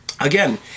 again